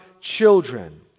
children